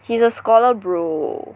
he's a scholar bro